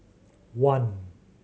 one